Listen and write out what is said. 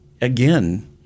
again